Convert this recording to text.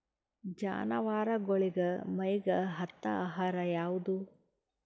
ಜಾನವಾರಗೊಳಿಗಿ ಮೈಗ್ ಹತ್ತ ಆಹಾರ ಯಾವುದು?